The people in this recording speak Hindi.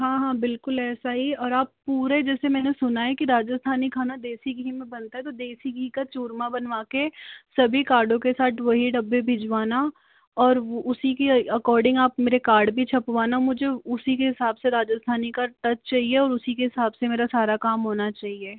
हाँ हाँ बिल्कुल ऐसा ही और आप पूरे जैसे मैंने सुना है की राजस्थानी खाना देसी घी में बनता है देसी घी का चूरमा बनवा के सभी कार्डों के साथ वही डब्बे भिजवाना और उसी के अ अकॉर्डिंग आप मेरे कार्ड भी छपवाना मुझे उसी के हिसाब से राजस्थानी का टच चाहिए उसी के हिसाब से मेरा सारा काम होना चाहिए